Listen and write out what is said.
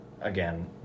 again